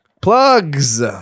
Plugs